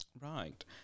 Right